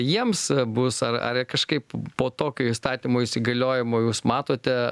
jiems bus ar ar jie kažkaip po tokio įstatymo įsigaliojimo jūs matote